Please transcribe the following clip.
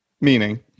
Meaning